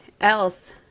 else